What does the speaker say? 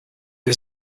was